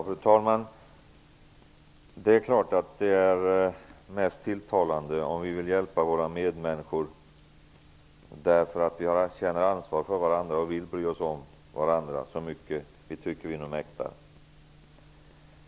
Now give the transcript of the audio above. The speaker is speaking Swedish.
Fru talman! Det är klart att det är mest tilltalande att vi vill hjälpa våra medmänniskor därför att vi känner ansvar för varandra och vill bry oss om varandra så mycket vi mäktar.